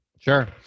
Sure